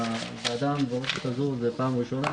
בוועדה המבורכת הזו אני משתתף בפעם הראשונה.